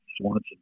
Swanson